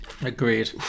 Agreed